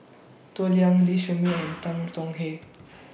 Toh Liying Lee Shermay and Tan Tong Hye